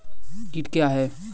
कीट क्या है?